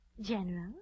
General